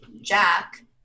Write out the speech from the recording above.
Jack